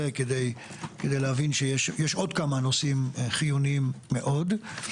כדי להבין שיש עוד כמה נושאים חיוניים מאוד.